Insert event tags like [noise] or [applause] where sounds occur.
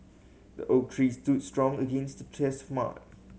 the oak tree stood strong against the [unintelligible]